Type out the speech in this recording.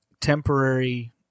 temporary